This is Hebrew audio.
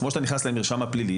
כמו שאתה נכנס למרשם הפלילי,